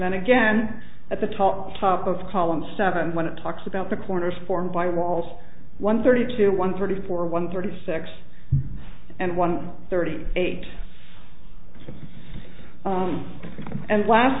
then again at the top on top of column seven when it talks about the corners formed by walls one thirty two one thirty four one thirty six and one thirty eight and